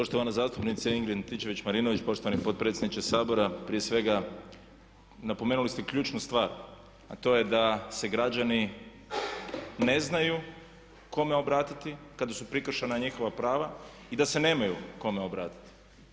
Poštovana zastupnice Ingrid Antičević Marinović, poštovani potpredsjedniče Sabora prije svega napomenuli ste ključnu stvar a to je da se građani ne znaju kome obratiti kada su prekršena njihova prava i da se nemaju kome obratiti.